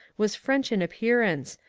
was french in appearance,